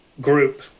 group